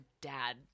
dad